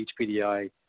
HPDI